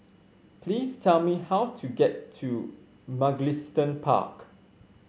please tell me how to get to Mugliston Park